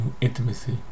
intimacy